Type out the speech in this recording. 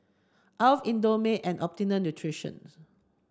Alf Indomie and Optimum Nutritions